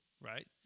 right